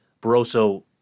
Barroso